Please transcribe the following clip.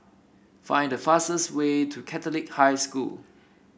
find the fastest way to Catholic High School